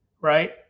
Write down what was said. right